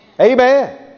Amen